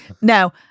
Now